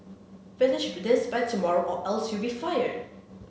finish be this by tomorrow or else you'll be fired